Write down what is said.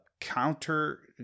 counter